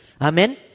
Amen